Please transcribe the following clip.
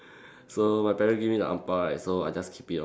so my parents give me the ang bao right so I just keep it lor